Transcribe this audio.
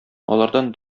алардан